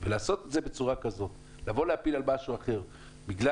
לבוא ולהפיל את זה על האזרחים בגלל